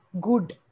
good